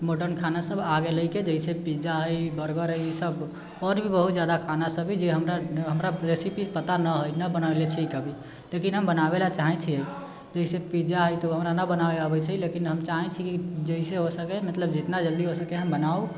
modern खानासभ आ गेलै जैसे पिज्जा हइ बर्गर हइ इसभ आओर भी बहुत ज्यादा खानासभ हइ जे हमरा हमरा रेसिपी पता नहि हइ नहि बनैले छियै कभी लेकिन हम बनाबय लेल चाहै छियै जैसे पिज्जा हइ तऽ ओ हमरा नहि बनाबय आबै छै लेकिन हम चाहै छियै कि जैसे हो सके मतलब जितना जल्दी हो सके हम बनाउ